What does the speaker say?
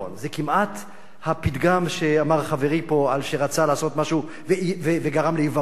זה כמעט הפתגם שאמר חברי פה על שרצה לעשות משהו וגרם לעיוורון.